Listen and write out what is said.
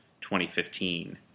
2015